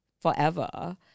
forever